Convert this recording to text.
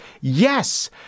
Yes